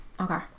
Okay